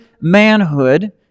manhood